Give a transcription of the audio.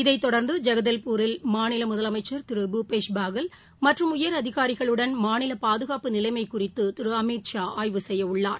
இதைத்தொடர்ந்து ஜகதல்பூரில் மாநிலமுதலமைச்சர் திரு பூபேஷ் பாகல் மற்றும் உயரதிகாரிகளுடன் மாநிலபாதுகாப்பு நிலைமைகுறித்துதிருஅமித் ஷா ஆய்வு செய்யஉள்ளார்